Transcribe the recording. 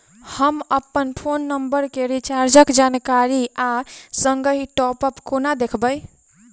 हम अप्पन phone number केँ रिचार्जक जानकारी आ संगहि टॉप अप कोना देखबै?